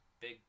big